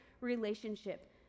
relationship